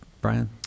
Brian